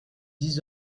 dix